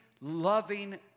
loving